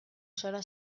zara